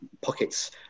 pockets